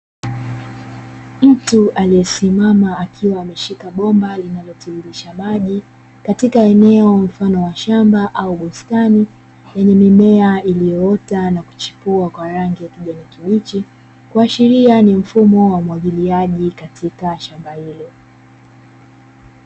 Mtu aliyesimama akiwa ameshika bomba linalotiririsha maji, katika eneo mfano wa shamba au bustani yenye mimea iliyoota na kuchipua kwa rangi ya kijani kibichi, ikiashiria ni mfumo wa umwagiliaji katika shamba hili.